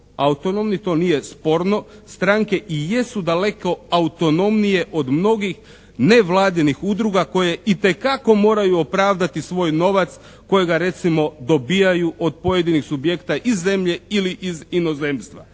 autonomni, to nije sporno. Stranke i jesu daleko autonomnije od mnogih nevladinih udruga koje itekako moraju opravdati svoj novac kojega recimo dobijaju od pojedinih subjekta iz zemlje ili iz inozemstva.